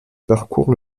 parcourt